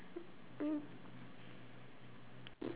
mm